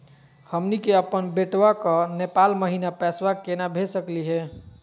हमनी के अपन बेटवा क नेपाल महिना पैसवा केना भेज सकली हे?